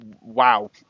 wow